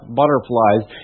butterflies